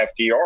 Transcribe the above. fdr